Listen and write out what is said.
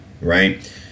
right